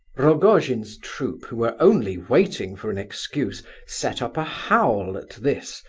rogojin's troop, who were only waiting for an excuse set up a howl at this.